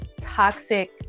toxic